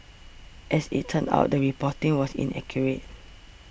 as it turned out the reporting was inaccurate